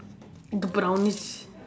brownish